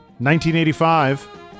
1985